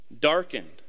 darkened